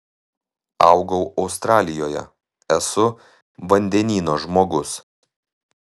augau australijoje esu vandenyno žmogus